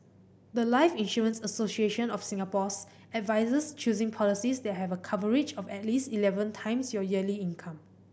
the life Insurance Association of Singapore's advises choosing policies that have a coverage of at least eleven times your yearly income